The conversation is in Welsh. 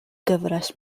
gyfres